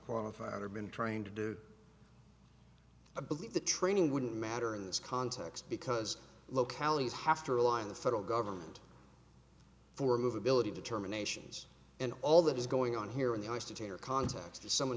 qualified or been trained to do i believe the training wouldn't matter in this context because localities have to rely on the federal government for movability determinations and all that is going on here in the ice to tell your contacts to someone